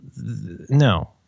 no